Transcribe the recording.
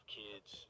kids